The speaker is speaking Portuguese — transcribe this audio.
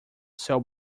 céu